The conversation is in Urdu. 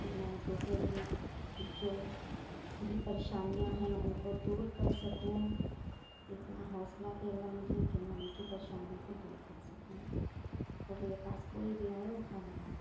کہ میں دوسروں کی جو بھی پریشانیاں ہیں ان کو دور کر سکوں اتنا حوصلہ دے اللہ مجھے کہ میں ان کی پریشانیوں کو دور کر سکوں اور میرے پاس کوئی بھی آئے وہ خالی ہاٹھ نہ جائے